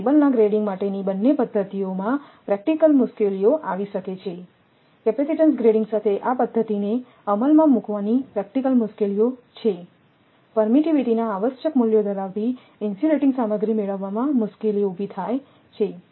તેથી કેબલના ગ્રેડિંગ માટેની બંને પદ્ધતિઓમાં પ્રેક્ટિકલ મુશ્કેલીઓ આવી શકે છે છે કેપેસિટીન્સ ગ્રેડિંગ સાથે આ પદ્ધતિને અમલમાં મૂકવાની પ્રેક્ટિકલ મુશ્કેલીઓ છેપરમિટિવિટીના આવશ્યક મૂલ્યો ધરાવતી ઇન્સ્યુલેટીંગ સામગ્રી મેળવવામાં મુશ્કેલી ઉભી થાય છે